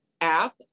app